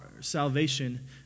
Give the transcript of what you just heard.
salvation